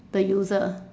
the user